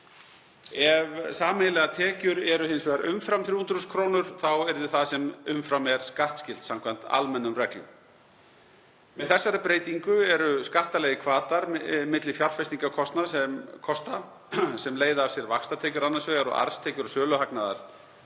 Ef sameiginlegar tekjur eru hins vegar umfram 300.000 kr. þá yrði það sem umfram er skattskylt samkvæmt almennum reglum. Með þessari breytingu eru skattalegir hvatar milli fjárfestingarkosta sem leiða af sér vaxtatekjur annars vegar og arðstekjur og söluhagnað